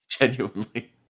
genuinely